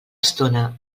estona